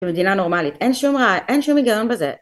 זה מדינה נורמלית, אין שום, אין שום הגיון בזה.